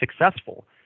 successful